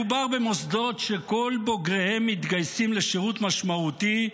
מדובר במוסדות שכל בוגריהם מתגייסים לשירות משמעותי,